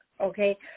okay